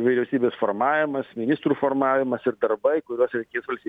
vyriausybės formavimas ministrų formavimas ir darbai kuriuos reikės